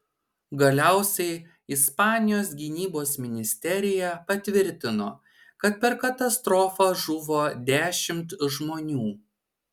galiausiai ispanijos gynybos ministerija patvirtino kad per katastrofą žuvo dešimt žmonių